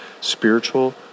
spiritual